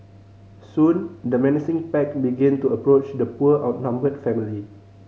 soon the menacing pack began to approach the poor outnumbered family